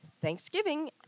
Thanksgiving